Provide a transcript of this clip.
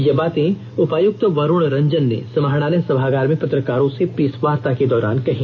ये बातें उपायुक्त वरुण रंजन ने समाहरणालय सभागार में पत्रकारों से प्रेस वार्ता के दौरान कहीं